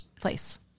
place